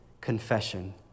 confession